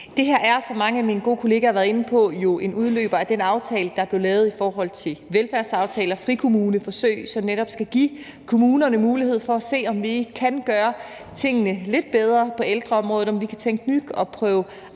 Det her er, som mange af mine gode kollegaer har været inde på, en udløber af den aftale, der blev lavet i forhold til velfærdsaftaler om frikommuneforsøg, som netop skal give kommunerne mulighed for at se, om man ikke kan gøre tingene lidt bedre på ældreområdet, om man kan tænke nyt og prøve